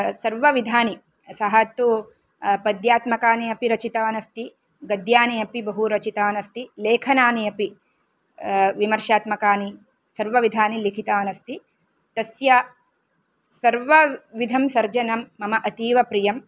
सर्वविधानि सः तु पद्यात्मकानि अपि रचितवान् अस्ति गद्यानि अपि बहु रचितवान् अस्ति लेखनानि अपि विमर्षात्मकानि सर्वविधानि लिखितान् अस्ति तस्य सर्वविधं सर्जनं मम अतीवप्रियं